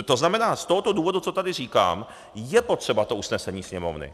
To znamená z tohoto důvodu, co tady říkám, je potřeba to usnesení Sněmovny.